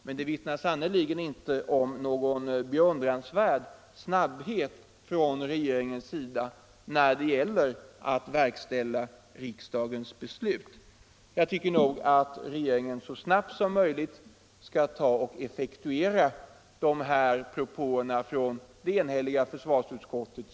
Men det vittnar inte om någon snabbhet från regeringens sida att verkställa riksdagens beslut. Jag tycker att regeringen så snabbt som möjligt skall effektuera dessa — Nr 70 propåer från försvarsutskottet.